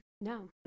No